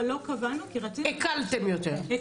אבל לא קבענו כי רצינו --- הקלתם יותר.